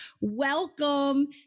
welcome